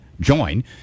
join